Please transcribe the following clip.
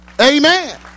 Amen